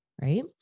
right